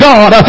God